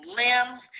limbs